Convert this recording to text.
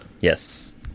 Yes